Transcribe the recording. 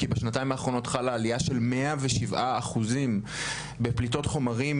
כי בשנתיים האחרונות חלה עלייה של 107% בפליטות חומרים